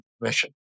mission